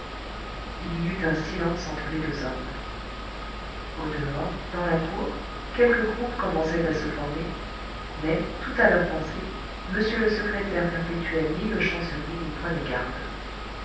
il y eut un silence entre les deux hommes au-dehors dans la cour quelques groupes commençaient à se former mais tout à leur pensée m le secrétaire perpétuel ni le chancelier n'y prenaient garde